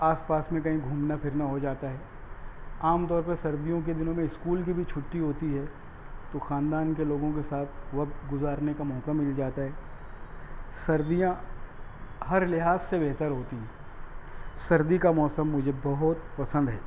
آس پاس میں کہیں گھومنا پھرنا ہو جاتا ہےعام طور پہ سردیوں کے دنوں میں اسکول کی بھی چھٹی ہوتی ہے تو خاندان کے لوگوں کے ساتھ وقت گزارنے کا موقع مل جاتا ہے سردیاں ہر لحاظ سے بہتر ہوتی ہیں سردی کا موسم مجھے بہت پسند ہے